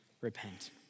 repent